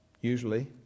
usually